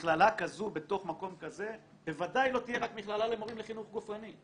מכללה כזו בתוך מקום כזה בוודאי לא תהיה רק מכללה למורים לחינוך גופני.